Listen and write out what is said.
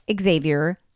Xavier